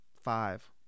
five